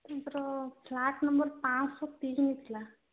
ତାଙ୍କର flat number ପାଞ୍ଚ ଶହ ତିନି ଥିଲା